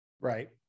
Right